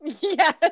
Yes